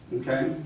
okay